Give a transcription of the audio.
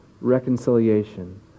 reconciliation